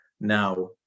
Now